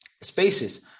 spaces